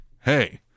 hey